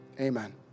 amen